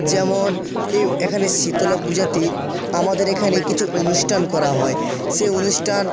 যেমন এ এখানে শীতলা পূজাতে আমাদের এখানে কিছু অনুষ্ঠান করা হয় সে অনুষ্ঠান